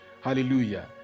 Hallelujah